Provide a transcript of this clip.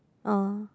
oh